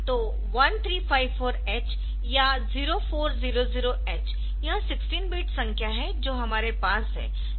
तो 1354H या 0400H यह 16 बिट संख्या है जो हमारे पास है